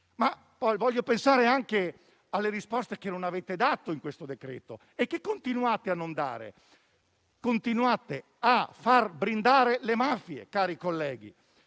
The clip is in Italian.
Stato? Voglio pensare poi anche alle risposte che non avete dato in questo decreto-legge e che continuate a non dare. Continuate a far brindare le mafie, cari colleghi.